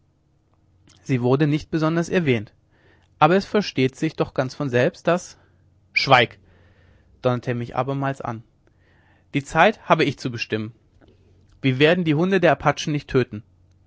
sie wurde nicht besonders erwähnt aber es versteht sich doch ganz von selbst daß schweig donnerte er mich abermals an die zeit habe ich zu bestimmen wir werden die hunde der apachen nicht töten